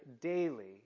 daily